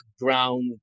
ground